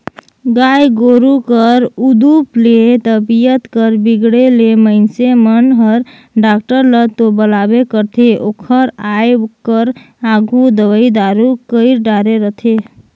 गाय गोरु कर उदुप ले तबीयत कर बिगड़े ले मनखे मन हर डॉक्टर ल तो बलाबे करथे ओकर आये कर आघु दवई दारू कईर डारे रथें